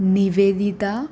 Nivedita